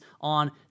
on